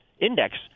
index